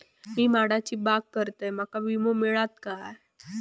मी माडाची बाग करतंय माका विमो मिळात काय?